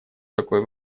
такой